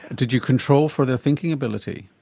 did you control for their thinking ability?